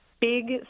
big